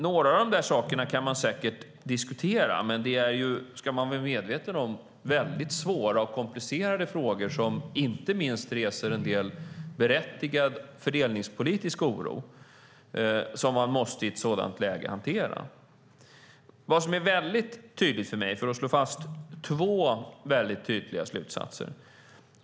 Några av dessa saker kan man säkert diskutera, men man ska vara medveten om att det är svåra och komplicerade frågor som väcker en del berättigad fördelningspolitisk oro, som man i ett sådant läge måste hantera. Låt mig slå fast två väldigt tydliga slutsatser.